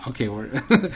okay